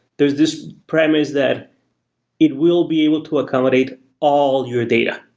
there's this promise that it will be able to accommodate all your data,